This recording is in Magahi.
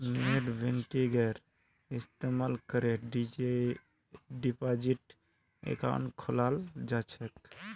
नेटबैंकिंगेर इस्तमाल करे डिपाजिट अकाउंट खोलाल जा छेक